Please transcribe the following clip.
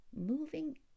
moving